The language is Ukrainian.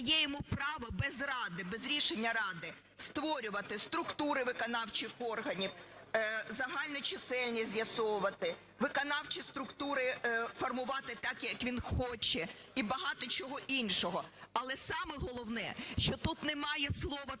йому право без ради, без рішення ради, створювати структури виконавчих органів, загальну чисельність з'ясовувати, виконавчі структури формувати так, як він хоче, і багато чого іншого. Але саме головне, що тут немає слова